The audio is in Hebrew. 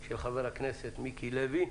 של חבר הכנסת מיקי לוי.